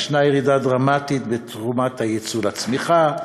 ישנה ירידה דרמטית בתרומת היצוא לצמיחה,